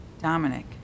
Dominic